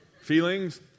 feelings